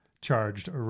Charged